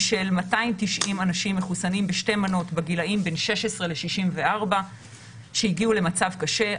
של 290 אנשים מחוסנים בשתי מנות בגילים 16 64 שהגיעו למצב קשה,